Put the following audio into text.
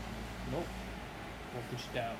nope 我不知道